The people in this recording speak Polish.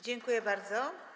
Dziękuję bardzo.